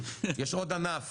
עוד ענף